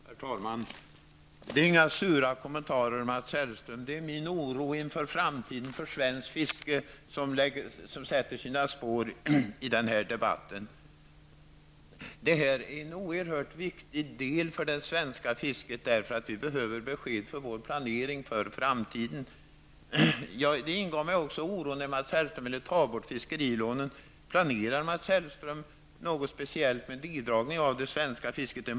Herr talman! Det är inga sura kommentarer, Mats Hellström, utan det är min oro inför svenskt fiskes framtid som sätter sina spår i den här debatten. Det här är en oerhört viktig del för det svenska fisket, eftersom vi behöver besked för vår planering för framtiden. Det ingav mig också oro att Mats Hellström något speciellt i fråga om det svenska fisket?